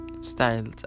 styles